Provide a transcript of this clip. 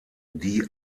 die